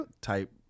Type